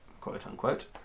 quote-unquote